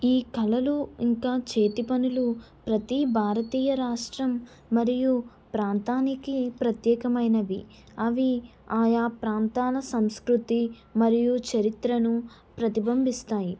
ఈ కళలు ఇంకా చేతి పనులు ప్రతి భారతీయ రాష్ట్రం మరియు ప్రాంతానికి ప్రత్యేకమైనవి అవి ఆయా ప్రాంతాల సంస్కృతి మరియు చరిత్రను ప్రతిబింబిస్తాయి